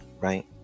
right